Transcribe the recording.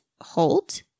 hold